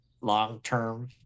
long-term